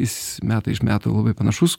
jis metai iš metų labai panašus